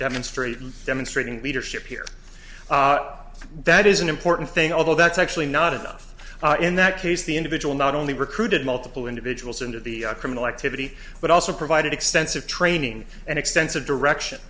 demonstrating demonstrating leadership here that is an important thing although that's actually not enough in that case the individual not only recruited multiple individuals into the criminal activity but also provided extensive training and extensive direction